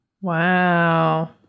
Wow